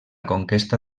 conquesta